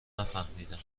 نفهمیدم